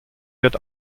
wird